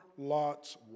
Lot's